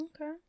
Okay